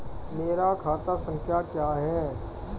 मेरा खाता संख्या क्या है?